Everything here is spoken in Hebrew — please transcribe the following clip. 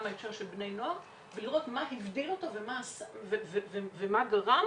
בהקשר של בני נוער ולראות מה הבדיל אותו ומה גרם